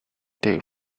take